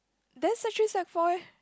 then sec three sec four eh